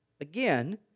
Again